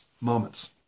Moments